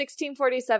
1647